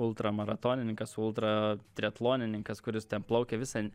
ultramaratonininkas ultratriatlonininkas kuris ten plaukė visą